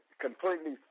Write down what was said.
completely